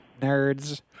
Nerds